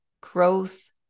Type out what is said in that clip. growth